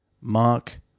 Mark